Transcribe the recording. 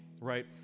right